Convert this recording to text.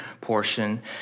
portion